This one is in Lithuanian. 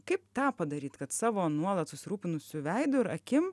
kaip tą padaryt kad savo nuolat susirūpinusiu veidu ir akim